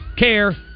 care